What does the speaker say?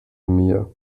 mir